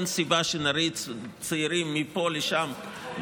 אין סיבה שנריץ צעירים מפה לשם.